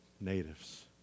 natives